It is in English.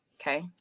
Okay